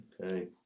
Okay